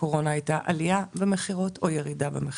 הקורונה הייתה עלייה במכירות או ירידה במכירות,